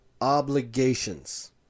obligations